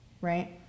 right